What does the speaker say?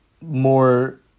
more